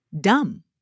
dumb